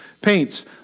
paints